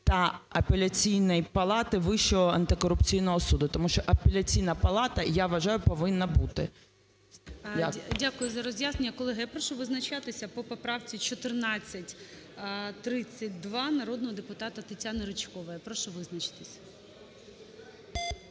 та Апеляційної палати Вищого антикорупційного суду". Тому що Апеляційна палата, я вважаю, повинна бути. Дякую. ГОЛОВУЮЧИЙ. Дякую за роз'яснення. Колеги, я прошу визначатися по поправці 1432 народного депутата Тетяни Ричкової, я прошу визначитися.